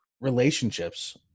relationships